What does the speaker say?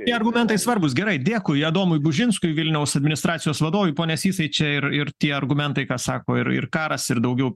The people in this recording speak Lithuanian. tie argumentai svarbūs gerai dėkui adomui bužinskui vilniaus administracijos vadovui pone sysai čia ir ir tie argumentai ką sako ir ir karas ir daugiau